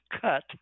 cut